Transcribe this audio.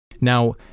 Now